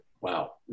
wow